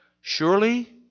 Surely